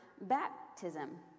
baptism